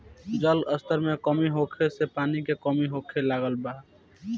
जल स्तर में कमी होखे से पानी के कमी होखे लागल बा